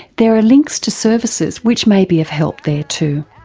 there are links to services which may be of help there too.